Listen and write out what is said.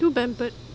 too pampered